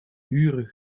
uren